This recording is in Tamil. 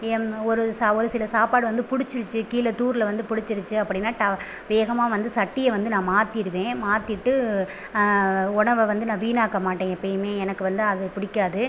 எம் ஒரு சா ஒரு சில சாப்பாடு வந்து பிடிச்சிருச்சி கீழே டூரில் வந்து பிடிச்சிருச்சி அப்படினா ட வேகமாக வந்து சட்டியை வந்து நான் மாற்றிருவேன் மாற்றிட்டு உணவை வந்து நான் வீணாக்க மாட்டேன் எப்போயுமே எனக்கு வந்து அது பிடிக்காது